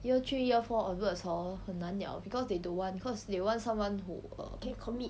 year three year four onwards hor 很难了 because they don't want cause they want someone who err can commit